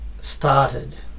started